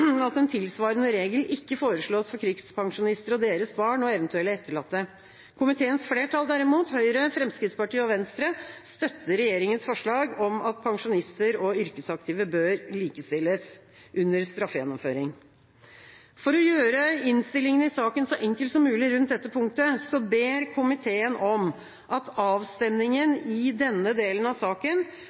at en tilsvarende regel ikke foreslås for krigspensjonister og deres barn og eventuelle etterlatte. Komiteens flertall derimot, Høyre, Fremskrittspartiet og Venstre, støtter regjeringas forslag om at pensjonister og yrkesaktive bør likestilles under straffegjennomføring. For å gjøre innstillinga i saken så enkel som mulig rundt dette punktet ber komiteen om at avstemninga i denne delen av saken